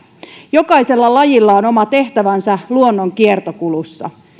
jokaisella lajilla on oma tehtävänsä luonnon kiertokulussa